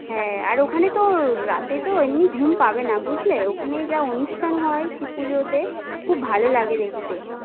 হ্যাঁ আর ওখানে তো রাতে তো এমনি ঘুম পাবে না বুঝলে ওখানে যা অনুষ্ঠান হয় শিবপুজোতে খুব ভালো লাগে দেখতে